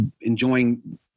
enjoying